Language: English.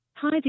Hi